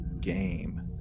Game